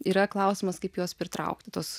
yra klausimas kaip juos pritraukti tuos